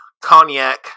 Cognac